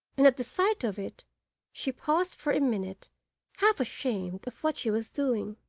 and at the sight of it she paused for a minute half ashamed of what she was doing.